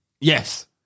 Yes